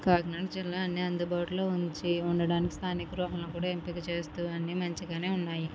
కాకినాడ జిల్లా అన్ని అందుబాటులో ఉంచి ఉండడానికి స్థానిక గృహాలు కూడా ఎంపిక చేస్తూ అన్ని మంచిగానే ఉన్నాయి